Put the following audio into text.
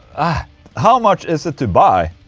ah how much is it to buy?